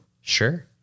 Sure